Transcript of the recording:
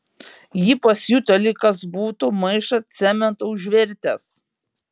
ji pasijuto lyg kas būtų maišą cemento užvertęs